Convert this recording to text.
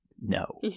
No